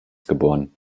geboren